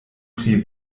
pri